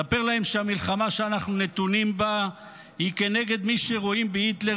ספר להם שהמלחמה שאנחנו נתונים בה היא כנגד מי שרואים בהיטלר,